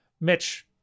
Mitch